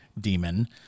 demon